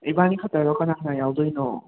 ꯏꯕꯥꯅꯤ ꯈꯛꯇꯔꯣ ꯀꯅꯥ ꯀꯅꯥ ꯌꯥꯎꯗꯣꯏꯅꯣ